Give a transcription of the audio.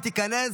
ותיכנס,